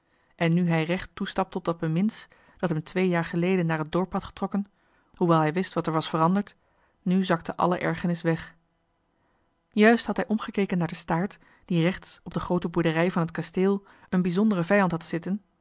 en nu hij recht toestapte op dat beminds dat hem twee jaar geleden naar het dorp had getrokken hoewel hij wist wat er was veranderd nu zakte de ergernis van zijn aanvankelijke wandeling weg als heel zijn influenza juist had hij omgekeken naar de staart die daar rechts op de groote boerderij van het kasteel een bijzonderen vijand had zitten